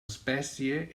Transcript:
espècie